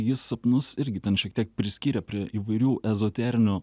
jis sapnus irgi ten šiek tiek priskyrė prie įvairių ezoterinių